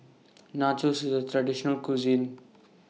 Nachos IS A Traditional Cuisine